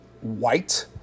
white